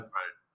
right